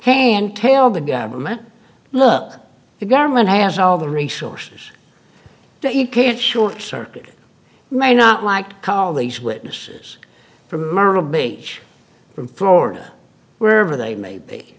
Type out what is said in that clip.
can tell the government look the government has all the resources that you can't short circuit may not like to call these witnesses from myrtle beach from florida wherever they may be